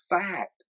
fact